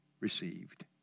received